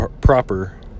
proper